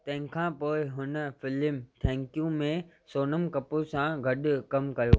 तंहिंखां पोइ हुन फ़िल्म थैंक यू में सोनम कपूर सां गॾु कमु कयो